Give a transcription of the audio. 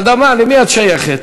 אדמה, למי את שייכת?